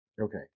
Okay